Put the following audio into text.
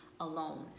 alone